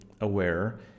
aware